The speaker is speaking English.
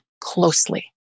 closely